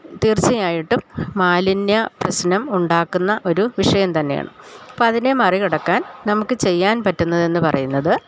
തീർച്ചയായിട്ടും മാലിന്യ പ്രശ്നം ഉണ്ടാക്കുന്ന ഒരു വിഷയം തന്നെയാണ് അപ്പോൾ അതിനെ മറികടക്കാൻ നമുക്ക് ചെയ്യാൻ പറ്റുന്നത് എന്നു പറയുന്നത്